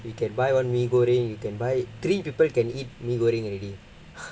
you can buy one mee goreng you can buy three people can eat mee goreng already